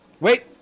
wait